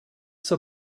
zur